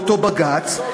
באותו בג"ץ?